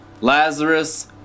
Lazarus